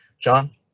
John